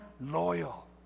loyal